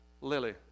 lily